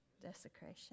desecration